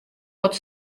wat